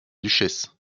duchesse